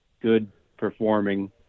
good-performing